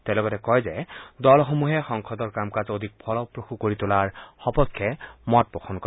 তেওঁ লগতে কয় যে দলসমূহে সংসদৰ কাম কাজ অধিক ফলপ্ৰসূ কৰি তোলাৰ সপক্ষে মতপোষণ কৰে